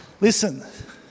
Listen